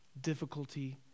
difficulty